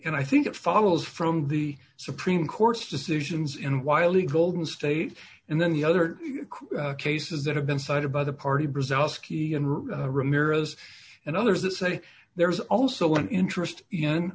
and i think it follows from the supreme court's decisions in wiley golden state and then the other cases that have been cited by the party brazil ski and ramirez and others that say there's also an interest in